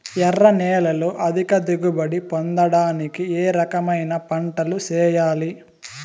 ఎర్ర నేలలో అధిక దిగుబడి పొందడానికి ఏ రకమైన పంటలు చేయాలి?